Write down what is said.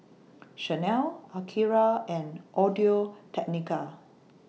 Chanel Akira and Audio Technica